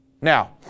now